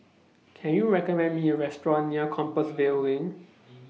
Can YOU recommend Me A Restaurant near Compassvale LINK